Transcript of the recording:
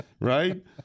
Right